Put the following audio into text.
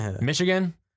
Michigan